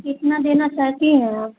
कितना देना चाहती हैं आप